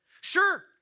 Sure